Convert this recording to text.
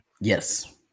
Yes